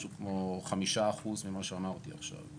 משהו כמו 5% ממה שאמרתי עכשיו.